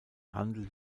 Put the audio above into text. handel